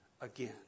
again